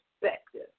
perspective